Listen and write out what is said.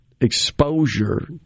exposure